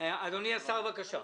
אדוני השר, בבקשה.